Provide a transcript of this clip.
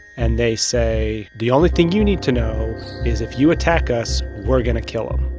and they say, the only thing you need to know is, if you attack us, we're going to kill him.